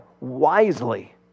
wisely